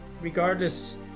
regardless